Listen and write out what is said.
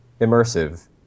immersive